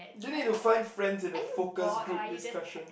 do you need to find friends in a focus group discussion